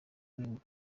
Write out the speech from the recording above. rwego